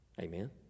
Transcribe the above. Amen